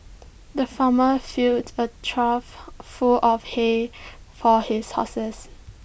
the farmer filled A trough full of hay for his horses